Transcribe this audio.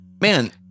man